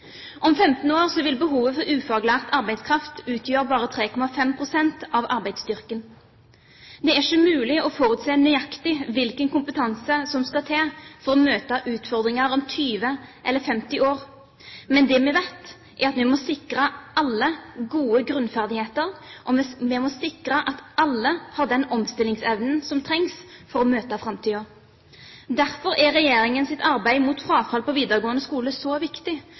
Om 15 år vil behovet for ufaglært arbeidskraft utgjøre bare 3,5 pst. av arbeidsstyrken. Det er ikke mulig å forutse nøyaktig hvilken kompetanse som skal til for å møte utfordringene om 20 eller 50 år, men det vi vet, er at vi må sikre alle gode grunnferdigheter, og vi må sikre at alle har den omstillingsevnen som trengs for å møte framtiden. Derfor er regjeringens arbeid mot frafall på videregående skole så viktig,